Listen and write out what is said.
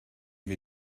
wir